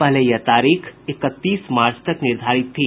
पहले यह तारीख इकतीस मार्च तक निर्धारित थी